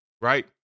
right